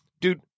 Dude